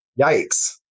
Yikes